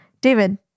David